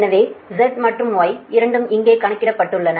எனவே Z மற்றும் Y இரண்டும் இங்கே கணக்கிடப்பட்டுள்ளன